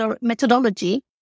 methodology